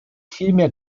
vielmehr